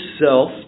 self